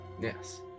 yes